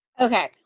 okay